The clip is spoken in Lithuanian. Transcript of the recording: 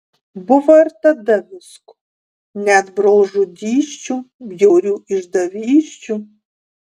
buvo ir tada visko net brolžudysčių bjaurių išdavysčių